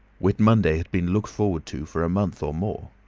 whit monday had been looked forward to for a month or more.